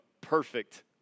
perfect